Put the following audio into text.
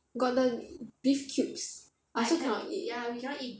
got the beef cubes I also cannot eat